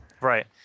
right